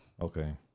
Okay